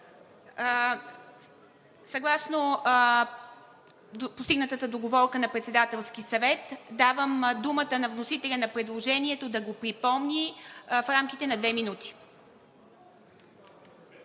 Съгласно постигнатата договорка на Председателския съвет давам думата на вносителя на предложението да го припомни в рамките на две минути.